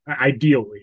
Ideally